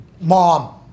mom